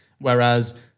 Whereas